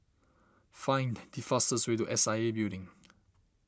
find the fastest way to S I A Building